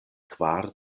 kvar